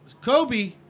Kobe